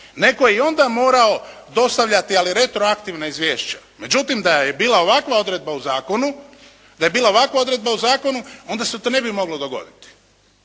Netko je i onda morao dostavljati ali retroaktivna izvješća. Međutim, da je bila ovakva odredba u zakonu onda se to ne bi moglo dogoditi.